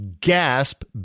gasp